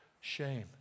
shame